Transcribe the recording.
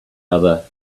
other